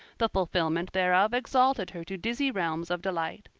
the fulfillment thereof exalted her to dizzy realms of delight.